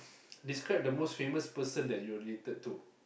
describe the most famous person that you are related to